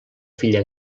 filla